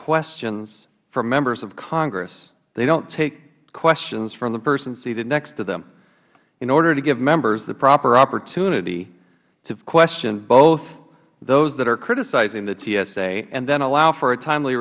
questions from members of congress they don't take questions from the person seated next to them in order to give members the proper opportunity to question both those that are criticizing the tsa and then allow for a timely